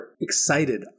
excited